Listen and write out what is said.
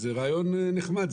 זה רעיון נחמד,